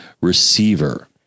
receiver